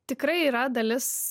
tikrai yra dalis